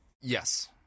Yes